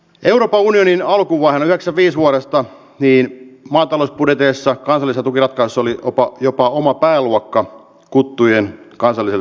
europaudenin alkuvaiheessa viisuvarasto viihdy matalbudjeteissa kansallisen tukiratkaisun ja jopa oma pääluokka kuttujen kansalliselle